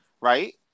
right